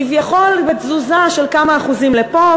כביכול בתזוזה של כמה אחוזים לפה,